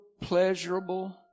pleasurable